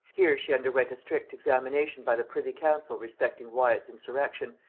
here she underwent a strict examination by the privy-council respecting wyat's insurrection,